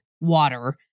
water